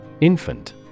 Infant